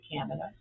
Canada